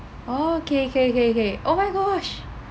oh K K K K oh my gosh